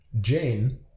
Jane